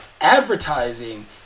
advertising